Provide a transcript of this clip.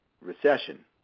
Recession